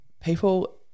people